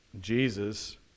Jesus